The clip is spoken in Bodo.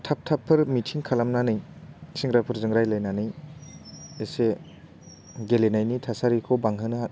थाब थाबफोर मिथिं खालामनानै सेंग्राफोरजों रायलायनानै एसे गेलेनायनि थासारिखौ बांहोनो